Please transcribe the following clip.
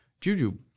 Juju